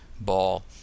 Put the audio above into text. ball